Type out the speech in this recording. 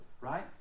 right